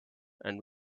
and